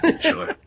sure